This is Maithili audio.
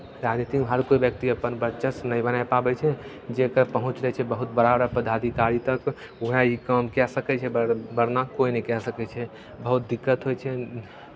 राजनीतिमे हर कोइ व्यक्ति अपन वर्चस्व नहि बनाए पाबै छै जकर पहुँच रहै छै बहुत बड़ा बड़ा पदाधिकारी तक उएह ई काम कए सकै छै वर वर्ना कोइ नहि कए सकै छै बहुत दिक्कत होइ छै